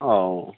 ও